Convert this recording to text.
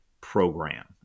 program